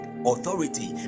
authority